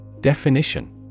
Definition